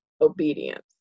obedience